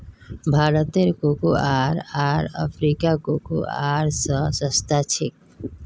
भारतेर कोकोआ आर अफ्रीकार कोकोआ स सस्ता छेक